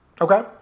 Okay